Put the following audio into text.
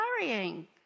worrying